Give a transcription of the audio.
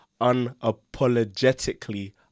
unapologetically